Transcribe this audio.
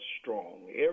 strong